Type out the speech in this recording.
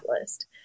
list